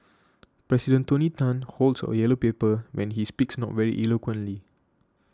President Tony Tan holds a yellow paper when he speaks not very eloquently